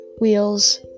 wheels